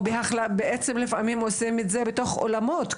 או בעצם לפעמים עושים את זה בתוך אולמות,